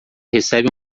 recebe